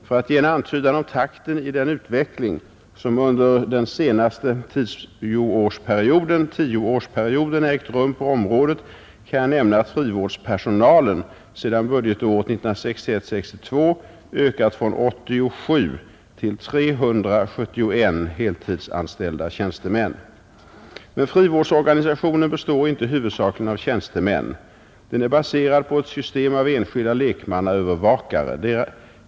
För att ge en antydan om takten i den utveckling som under den senaste tioårsperioden ägt rum på området kan jag nämna, att frivårdspersonalen sedan budgetåret 1961/62 ökat från 87 till 371 heltidsanställda tjänstemän. Men frivårdsorganisationen består inte huvudsakligen av tjänstemän. Den är baserad på ett system av enskilda lekmannaövervakare.